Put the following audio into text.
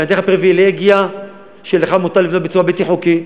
שאני אתן לך פריבילגיה שלך מותר לבנות בצורה בלתי חוקית,